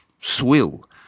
swill